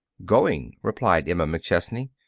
going, replied emma mcchesney.